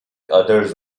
others